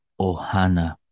Ohana